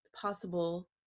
possible